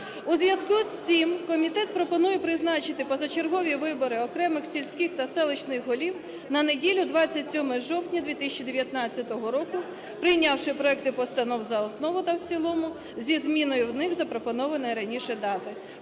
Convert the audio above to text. У зв’язку з цим комітет пропонує призначити позачергові вибори окремих сільських та селищних голів на неділю 27 жовтня 2019 року, прийнявши проекти постанов за основу та в цілому зі зміною в них запропонованої раніше дати.